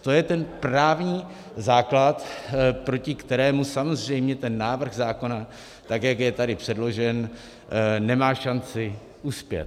To je ten právní základ, proti kterému samozřejmě ten návrh zákona, tak jak je tady předložen, nemá šanci uspět.